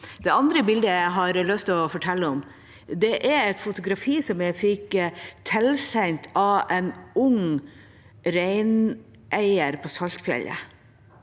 Det andre bildet jeg har lyst til å fortelle om, er et fotografi som jeg fikk tilsendt av en ung reineier på Saltfjellet.